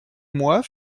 moi